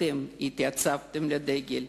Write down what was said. אתם התייצבתם לדגל,